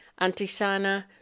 Antisana